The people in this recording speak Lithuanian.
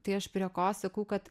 tai aš prie ko sakau kad